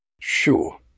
Sure